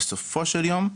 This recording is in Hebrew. בסופו של יום,